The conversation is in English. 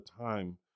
time